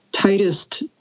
Tightest